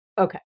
okay